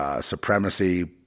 supremacy